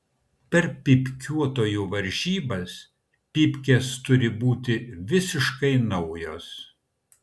per pypkiuotojų varžybas pypkės turi būti visiškai naujos